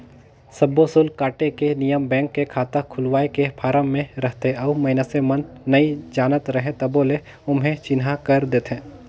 सब्बो सुल्क काटे के नियम बेंक के खाता खोलवाए के फारम मे रहथे और मइसने मन नइ जानत रहें तभो ले ओम्हे चिन्हा कर देथे